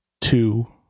two